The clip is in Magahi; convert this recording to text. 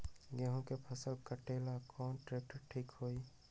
गेहूं के फसल कटेला कौन ट्रैक्टर ठीक होई?